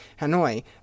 Hanoi